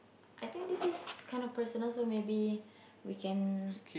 I think this is kind of personal so maybe we can